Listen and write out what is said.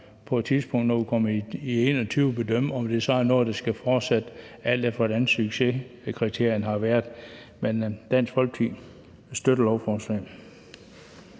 på et tidspunkt, når vi kommer ind i 2021, bedømme, om det så er noget, der skal fortsætte, alt efter hvordan succeskriterierne har været. Men Dansk Folkeparti støtter lovforslaget.